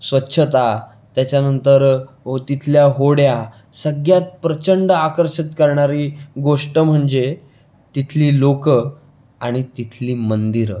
स्वच्छता त्याच्यानंतर तिथल्या होड्या सगळ्यात प्रचंड आकर्षित करणारी गोष्ट म्हणजे तिथली लोकं आणि तिथली मंदिरं